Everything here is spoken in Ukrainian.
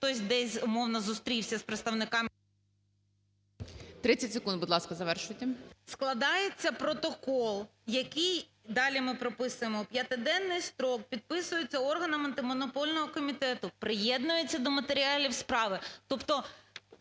хтось десь, умовно, зустрівся з представниками… ГОЛОВУЮЧИЙ. 30 секунд, будь ласка, завершуйте. ПТАШНИК В.Ю. Складається протокол, який далі ми прописуємо: "В п'ятиденний строк підписується органом Антимонопольного комітету, приєднується до матеріалів справи". Тобто